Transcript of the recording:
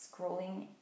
scrolling